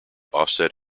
offset